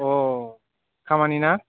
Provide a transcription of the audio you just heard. खामानि ना